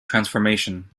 transformation